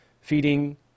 feeding